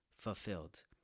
fulfilled